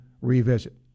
revisit